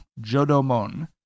jodomon